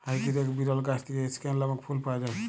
হাইতির এক বিরল গাছ থেক্যে স্কেয়ান লামক ফুল পাওয়া যায়